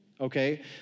Okay